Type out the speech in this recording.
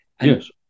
Yes